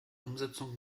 umsetzung